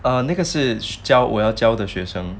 err 那个是教我我要教的学生